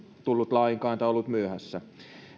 tullut lainkaan tai se on ollut myöhässä